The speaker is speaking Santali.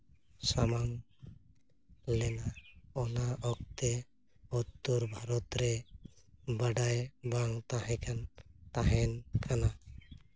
ᱥᱟᱢᱟᱱ ᱞᱮᱱᱟ ᱚᱱᱟ ᱚᱠᱛᱮ ᱩᱛᱛᱚᱨ ᱵᱷᱟᱨᱚᱛ ᱨᱮ ᱵᱟᱰᱟᱭ ᱵᱟᱝ ᱛᱟᱦᱮᱸ ᱠᱟᱱᱟ ᱛᱟᱦᱮᱱ ᱠᱟᱱᱟ